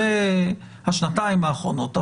אלה השנתיים האחרונות.